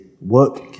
work